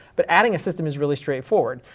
but adding a system is really straightforward.